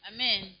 Amen